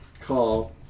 call